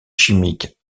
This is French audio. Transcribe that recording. chimiques